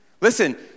Listen